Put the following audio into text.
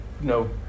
no